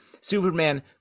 Superman